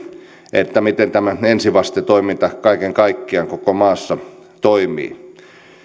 miten tämä ensivastetoiminta kaiken kaikkiaan koko maassa toimii